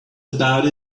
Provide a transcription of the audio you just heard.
about